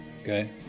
Okay